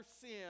sin